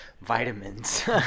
Vitamins